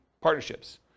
partnerships